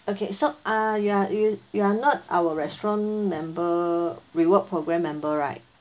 okay so uh you are you you are not our restaurant member reward program member right